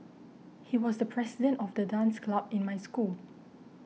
he was the president of the dance club in my school